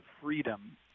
freedom